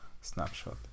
snapshot